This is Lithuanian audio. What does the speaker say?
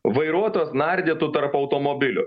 vairuotojas nardytų tarp automobilių